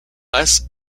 less